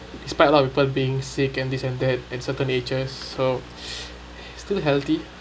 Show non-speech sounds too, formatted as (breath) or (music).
despite a lot of people being sick and this and that at certain ages so (breath) still healthy